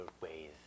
ways